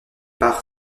par